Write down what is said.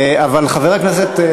אבל חבר הכנסת,